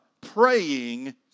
praying